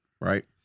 right